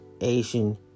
Asian